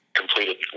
completed